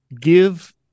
give